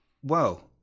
Whoa